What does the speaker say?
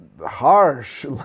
harsh